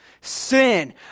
sin